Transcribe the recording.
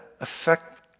affect